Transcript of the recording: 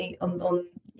on